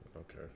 Okay